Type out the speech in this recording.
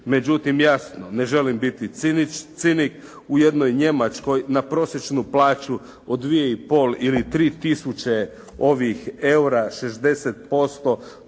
Međutim jasno, ne želim cinik. U jednoj Njemačkoj na prosječnu plaću od 2 i pol ili 3 tisuće eura, 60% to